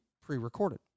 pre-recorded